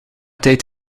tijd